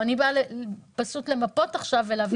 אני באה למפות עכשיו ולהבין.